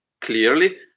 clearly